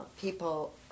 people